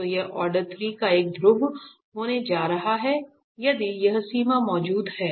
तो यह ऑर्डर 3 का एक ध्रुव होने जा रहा है यदि यह सीमा मौजूद है